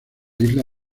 isla